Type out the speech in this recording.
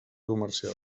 comercial